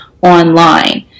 online